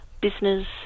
business